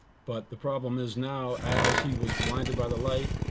but the problem is now as he was blinded by the light,